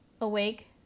awake